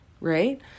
right